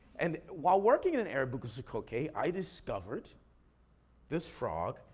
and while working in in arabuko-sokoke, i discovered this frog,